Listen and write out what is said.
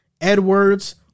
Edwards